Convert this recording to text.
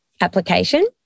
application